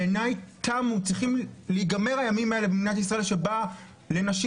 בעיניי צריכים להיגמר הימים האלה במדינת ישראל שבהם לנשים